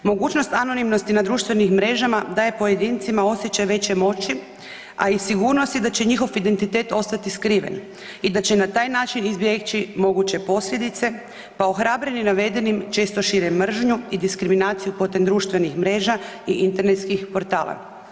Mogućnost anonimnosti na društvenim mrežama daje pojedincima osjećaj veće moći, a i sigurnost je da će njihov identitet ostati skriven i da će na taj način izbjeći moguće posljedice pa ohrabreni navedenim često šire mržnju i diskriminaciju putem društvenih mreža i internetskih portala.